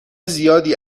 زیادی